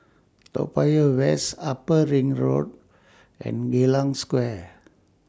Toa Payoh West Upper Ring Road and Geylang Square